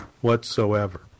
whatsoever